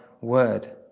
word